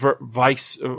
vice